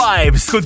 Vibes